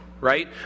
right